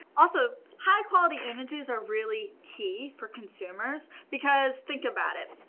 also, high-quality images are really key for consumers because think about it.